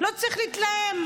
אל תפריעו לי.